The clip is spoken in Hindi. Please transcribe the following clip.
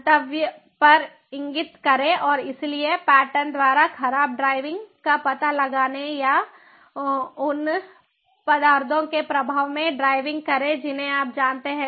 गंतव्य पर इंगित करें और इसलिए पैटर्न द्वारा खराब ड्राइविंग का पता लगाने या उन पदार्थों के प्रभाव में ड्राइविंग करें जिन्हें आप जानते हैं